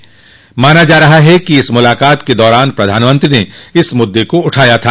ऐसा माना जा रहा है कि इस मुलाकात के दौरान प्रधानमंत्री ने इस मुद्दे को उठाया था